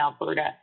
Alberta